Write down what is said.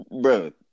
Bro